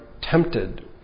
tempted